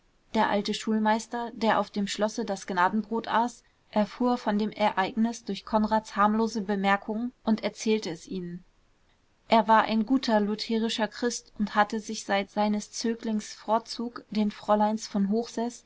der alte schulmeister der auf dem schlosse das gnadenbrot aß erfuhr von dem ereignis durch konrads harmlose bemerkungen und erzählte es ihnen er war ein guter lutherischer christ und hatte sich seit seines zöglings fortzug den fräuleins von